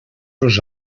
los